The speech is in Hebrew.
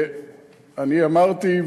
אני אמרתי,